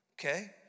okay